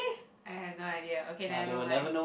I have no idea okay never mind